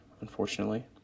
unfortunately